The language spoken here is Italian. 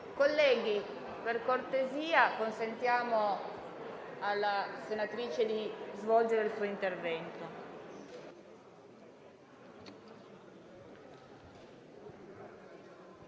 Colleghi, per cortesia, consentiamo alla senatrice di svolgere il suo intervento.